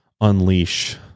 unleash